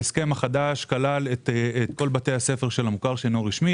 ההסכם החדש כלל את כל בתי הספר של המוכר שאינו רשמי.